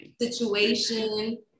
situation